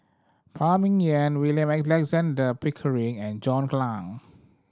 Phan Ming Yen William Alexander Pickering and John Clang